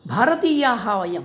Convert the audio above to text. भारतीयाः वयम्